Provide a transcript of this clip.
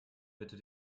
bitte